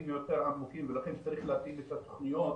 יותר עמוקים ולכן צריך להתאים את התוכניות